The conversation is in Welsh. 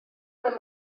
ble